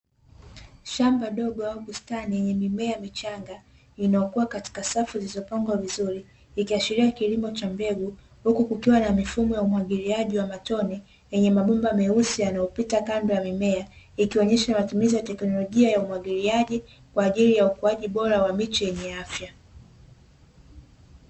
Shamba dogo au bustani yenye mimea michanga inayokuwa katika safu zilizopangwa vizuri, ikiashiria kilimo cha mbegu huku kukiwa na mifumo ya umwagiliaji wa matone yenye mabomba meusi yanayopita kando ya mimea, ikionesha matumizi ya teknolojia ya umwagiliaji kwaajili ya ukuaji bora wa miche yenye afya.